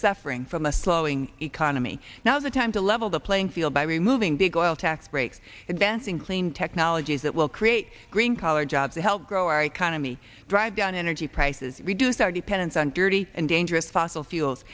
suffering from a slowing economy now's the time to level the playing field by removing big oil tax breaks advancing clean technologies that will create green collar jobs to help grow our economy drive down energy prices reduce our dependence on dirty and dangerous fossil fuels